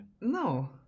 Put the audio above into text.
no